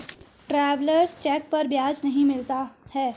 travellers cheque पर ब्याज नहीं मिलता है